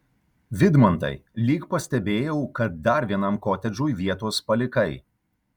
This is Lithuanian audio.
vidmantai lyg pastebėjau kad dar vienam kotedžui vietos palikai